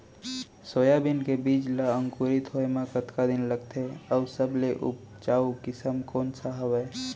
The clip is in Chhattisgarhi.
सोयाबीन के बीज ला अंकुरित होय म कतका दिन लगथे, अऊ सबले उपजाऊ किसम कोन सा हवये?